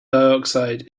dioxide